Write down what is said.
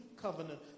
covenant